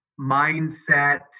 mindset